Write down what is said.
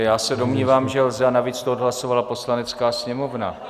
Já se domnívám, že lze, a navíc to odhlasovala Poslanecká sněmovna.